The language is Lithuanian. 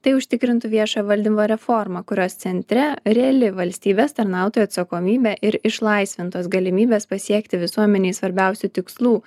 tai užtikrintų viešojo valdymo reforma kurios centre reali valstybės tarnautojų atsakomybė ir išlaisvintos galimybės pasiekti visuomenei svarbiausių tikslų